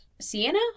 Sienna